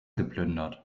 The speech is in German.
geplündert